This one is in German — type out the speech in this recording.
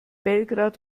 belgrad